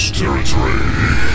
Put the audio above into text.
territory